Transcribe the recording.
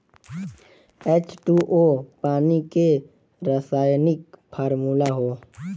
H two O पानी के रासायनिक फार्मूला हौ